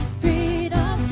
freedom